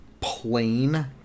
plain